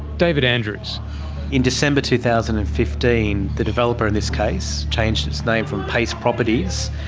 david andrews in december two thousand and fifteen the developer in this case changed its name from payce properties,